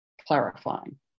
clarifying